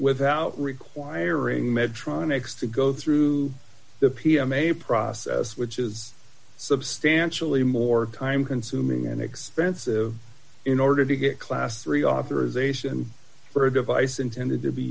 without requiring medtronic stew go through the p m a process which is substantially more time consuming and expensive in order to get class three authorization for a device intended to be